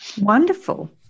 Wonderful